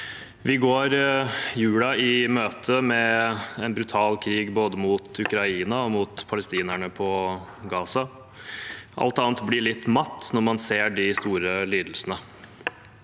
Vi går julen i møte med en brutal krig både mot Ukraina og mot palestinerne på Gaza. Alt annet blir litt matt når man ser de store lidelsene.